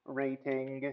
rating